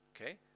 Okay